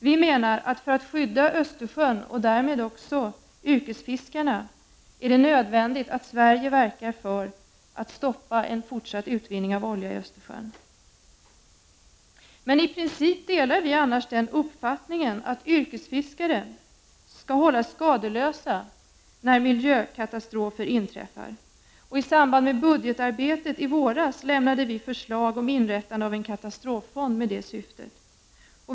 Vi menar att för att skydda Östersjön, och därmed också yrkesfiskarna, är det nödvändigt att Sverige verkar för att stoppa en fortsatt utvinning av olja i Östersjön. I princip delar vi annars den uppfattningen att yrkesfiskare skall hållas skadeslösa när miljökatastrofer inträffar. I samband med budgetarbetet i våras lämnade vi förslag om inrättande av en katastroffond med det syftet.